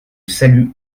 salue